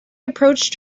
approached